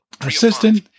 Assistant